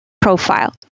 profile